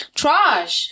trash